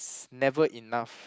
never enough